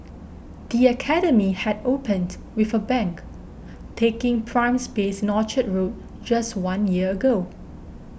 the academy had opened with a bang taking prime space in Orchard Road just one year ago